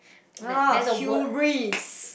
oh hubris